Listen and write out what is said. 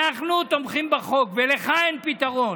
אנחנו תומכים בחוק, ולך אין פתרון.